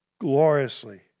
gloriously